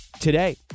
today